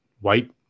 white